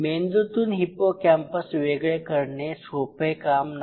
मेंदुतून hippocampus वेगळे करणे सोपे काम नाही